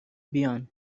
بیان